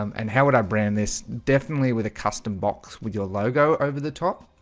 um and how would i brand this definitely with a custom box with your logo over the top?